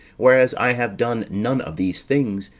whereas i have done none of these things,